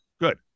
Good